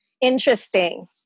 Interesting